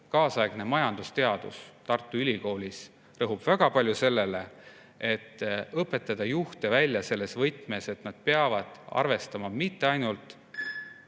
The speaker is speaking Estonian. kaasaegne majandusteadus Tartu Ülikoolis rõhub väga palju sellele, et õpetada juhte välja selles võtmes, et nad peavad arvestama mitte ainult